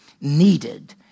needed